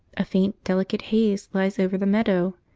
a faint delicate haze lies over the meadow,